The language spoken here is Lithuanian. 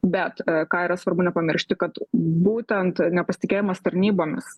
bet ką yra svarbu nepamiršti kad būtent nepasitikėjimas tarnybomis